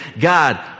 God